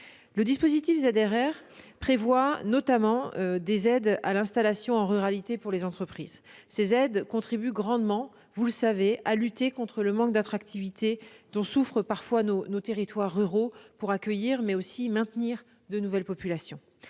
Le dispositif ZRR prévoit notamment des aides à l'installation en ruralité pour les entreprises. Ces aides contribuent grandement à lutter contre le manque d'attractivité dont souffrent parfois nos territoires ruraux pour accueillir, mais aussi maintenir de nouvelles populations.